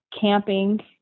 camping